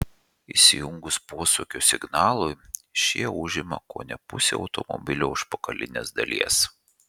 įsijungus posūkio signalui šie užima kone pusę automobilio užpakalinės dalies